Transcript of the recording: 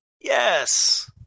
Yes